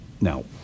Now